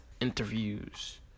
interviews